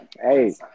hey